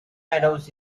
medals